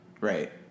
Right